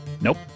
Nope